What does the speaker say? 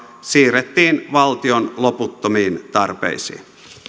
siirrettiin valtion loputtomiin tarpeisiin